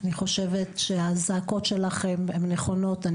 אני חושבת שהזעקות שלכם נכונות.